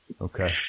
Okay